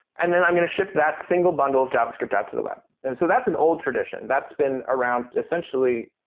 and then i'm going to ship that single bundle of javascript out to the web and so that's an old tradition. that's been around essentially,